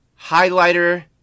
highlighter